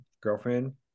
girlfriend